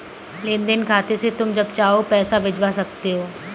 लेन देन खाते से तुम जब चाहो पैसा भिजवा सकते हो